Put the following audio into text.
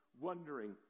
wondering